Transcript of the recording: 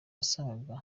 wasangaga